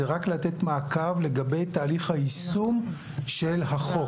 זה רק לתת מעקב לגבי תהליך היישום של החוק.